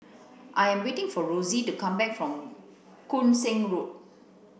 I am waiting for Rosey to come back from Koon Seng Road